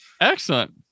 Excellent